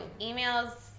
Emails